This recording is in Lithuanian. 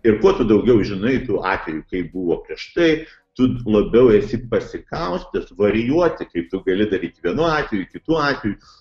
ir ko tu daugiau žinai tų atvejų kaip buvo prieš tai tu labiau esi pasikaustęs varijuoti kaip tu gali daryti vienu atveju kitu atveju